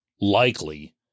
likely